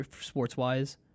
sports-wise